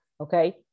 Okay